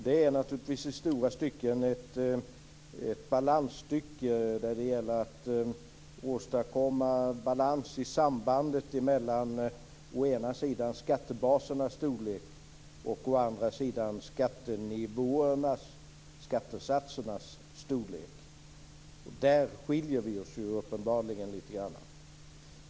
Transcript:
Det är ett balansstycke där det gäller att nå balans i sambandet mellan skattebasernas storlek och skattesatsernas storlek. Där skiljer vi oss uppenbarligen.